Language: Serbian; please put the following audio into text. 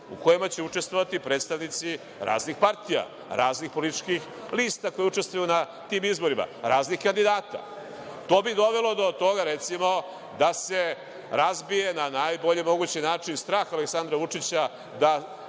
u kojima će učestvovati predstavnici raznih partija, raznih političkih lista koje učestvuju na tim izborima, raznih kandidata. To bi dovelo do toga da se razbije, na najbolji mogući način, strah Aleksandra Vučića da